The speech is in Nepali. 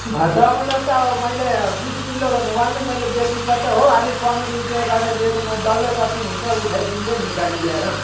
टमाटर त अब मैले बिस रुपियाँ किलो भने त वा नि त मैले बेच्नुपर्छ हो पन्ध्र रुपियाँ गरेर दिए त म डल्लै कति हुन्छ उठाइदिन्थेँ नि गाडी ल्याएर